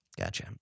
Gotcha